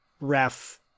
ref